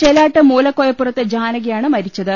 ചെലാട്ട് മൂലക്കോയപ്പുറത്ത് ജാനകി ആണ് മരിച്ചത്